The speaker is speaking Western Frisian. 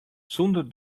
sûnder